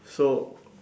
so